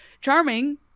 Charming